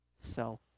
self